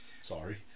Sorry